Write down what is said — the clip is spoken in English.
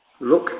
Look